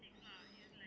okay